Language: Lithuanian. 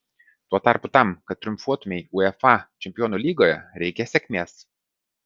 tuo tarpu tam kad triumfuotumei uefa čempionų lygoje reikia sėkmės